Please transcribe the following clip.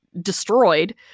destroyed